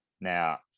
Now